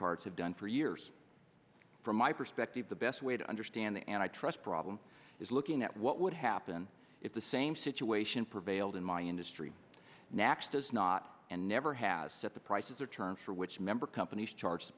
i have done for years from my perspective the best way to understand the antitrust problem is looking at what would happen if the same situation prevailed in my industry nax does not and never has set the prices or terms for which member companies charge